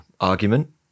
argument